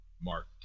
Mark